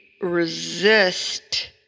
resist